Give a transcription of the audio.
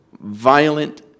violent